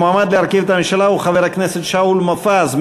המועמד להרכיב את הממשלה הוא חבר הכנסת שאול מופז.